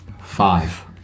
Five